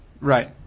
Right